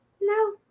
No